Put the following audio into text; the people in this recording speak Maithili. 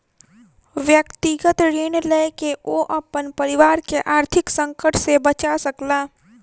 व्यक्तिगत ऋण लय के ओ अपन परिवार के आर्थिक संकट से बचा सकला